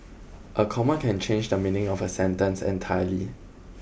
a comma can change the meaning of a sentence entirely